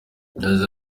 yagize